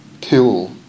kill